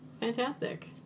Fantastic